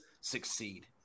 succeed